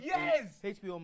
Yes